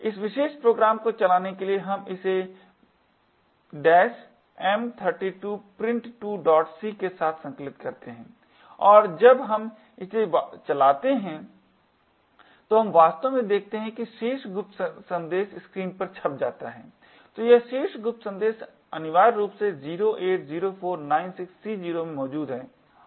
इस विशेष प्रोग्राम को चलाने के लिए हम इसे m32 print2c के साथ संकलित करते हैं और जब हम इसे चलाते हैं तो हम वास्तव में देखते हैं कि शीर्ष गुप्त संदेश स्क्रीन पर छप जाता है तो यह शीर्ष गुप्त संदेश अनिवार्य रूप से 08 04 96 C0 में मौजूद है